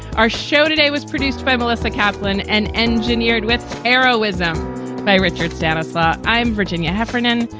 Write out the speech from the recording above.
our show today was produced by melissa kaplan and engineered with heroism by richard stanislaw. i'm virginia heffernan.